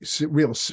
real